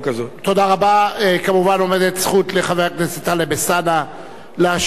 כמובן עומדת זכות לחבר הכנסת טלב אלסאנע להשיב להתנגדות הממשלה.